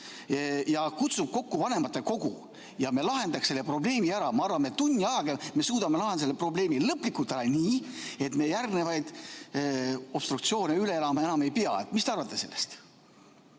kutsub kokku vanematekogu ja me lahendaks selle probleemi ära? Me arvan, et tunni ajaga me suudame lahendada selle probleemi lõplikult ära nii, et meie järgnevaid obstruktsioone üle elama enam ei pea. Mis te arvate sellest?